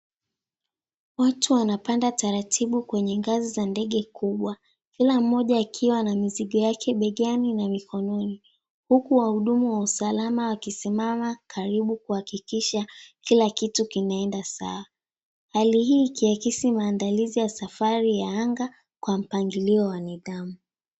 Watu wanapanda taratibu kwenye ngazi za ndege kubwa kila mmoja akiwa na mizigo yake begani na mikononi huku wahudumu wa usalama wakisimama karibu kuhakikisha kila kitu kinaenda sawa. Hali hii ikiakisi maandalizi ya safari ya anga kwa mpangilio wa nidhamu.